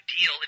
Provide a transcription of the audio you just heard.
deal